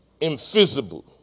Invisible